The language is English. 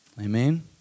Amen